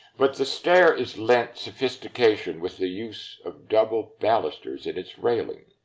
but the stair is lent sophistication with the use of double balusters in its railing.